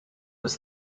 was